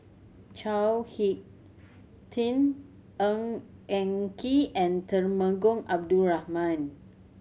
Chao Hick Tin Ng Eng Kee and Temenggong Abdul Rahman